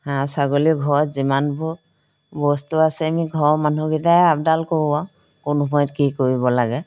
হাঁহ ছাগলী ঘৰত যিমানবোৰ বস্তু আছে আমি ঘৰৰ মানুহকেইটাই আপডাল কৰোঁ আৰু কোন সময়ত কি কৰিব লাগে